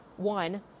One